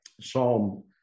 Psalm